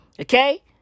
Okay